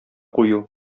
кую